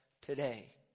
today